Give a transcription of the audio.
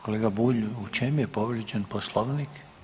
Kolega Bulj u čem je povrijeđen Poslovnik?